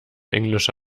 englische